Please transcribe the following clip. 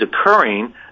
occurring